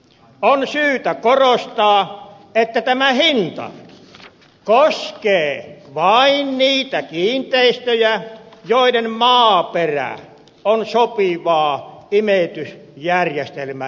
on syytä korostaa että tämä hinta koskee vain niitä kiinteistöjä joiden maaperä on sopivaa imeytysjärjestelmän rakentamiseen